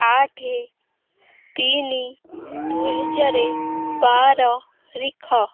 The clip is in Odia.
ଆଠେ ତିନି ଦୁଇ ହଜାର ବାର ରିଖ